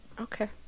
Okay